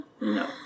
No